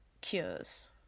cures